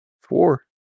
Four